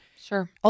Sure